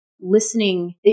listening